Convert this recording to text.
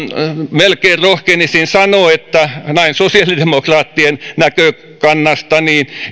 melkein rohkenisin sanoa että näin sosiaalidemokraattien näkökannasta